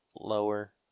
lower